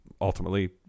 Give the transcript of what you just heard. ultimately